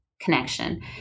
connection